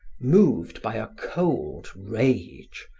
moved by a cold rage,